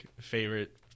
favorite